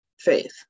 faith